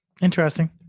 Interesting